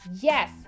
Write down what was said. Yes